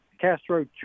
Castro